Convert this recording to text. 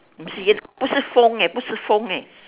mm si 不是风 eh 不是风 eh